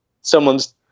someone's